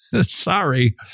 Sorry